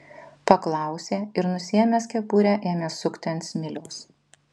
paklausė ir nusiėmęs kepurę ėmė sukti ant smiliaus